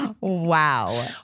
Wow